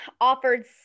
offered